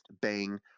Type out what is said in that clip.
bang